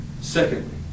Secondly